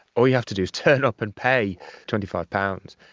all you have to do is turn up and pay twenty five pounds,